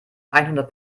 einhundert